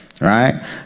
Right